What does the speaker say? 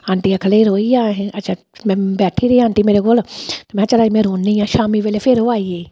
aunty आखन लगी रेही जा अहें अच्छा में बैठी रेही आंटी मेरे कोल ते मैहें चल अज्ज में रौह्नी आं शामी बेल्लै फिर ओह् आई गेई